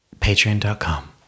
Patreon.com